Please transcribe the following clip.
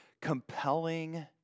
compelling